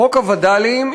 חוק הווד"לים,